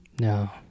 No